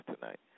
tonight